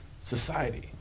society